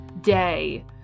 day